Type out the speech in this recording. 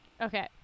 Okay